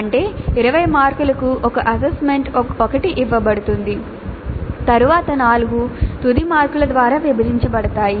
అంటే 20 మార్కులకు ఒక అసైన్మెంట్ 1 ఇవ్వబడుతుంది తరువాత 4 తుదిమార్కులు ద్వారా విభజించబడతాయి